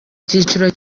cyiciro